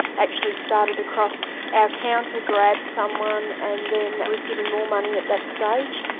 actually started across our counter, grabbed someone, and then was given more money at that stage,